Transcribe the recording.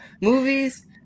movies